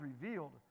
revealed